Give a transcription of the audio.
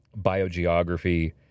biogeography